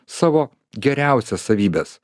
savo geriausias savybes